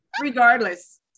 regardless